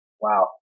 Wow